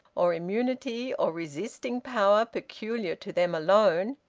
or immunity, or resisting power, peculiar to them alone,